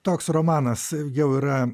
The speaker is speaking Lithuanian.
toks romanas jau yra